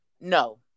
no